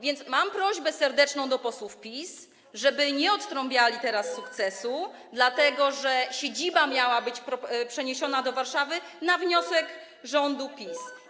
Więc mam serdeczną prośbę do posłów PiS, żeby nie odtrąbiali teraz sukcesu, dlatego że siedziba miała być przeniesiona do Warszawy na wniosek rządu PiS.